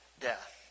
death